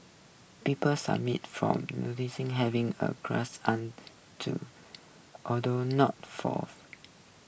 people submit from having a and to although not forth